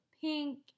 pink